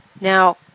now